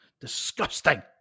disgusting